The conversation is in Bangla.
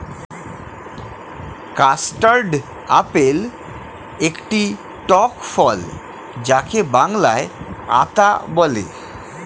কাস্টার্ড আপেল একটি টক ফল যাকে বাংলায় আতা বলে